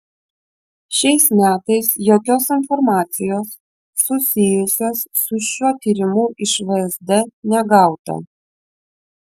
šiais metais jokios informacijos susijusios su šiuo tyrimu iš vsd negauta